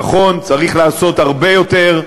נכון, צריך לעשות הרבה יותר,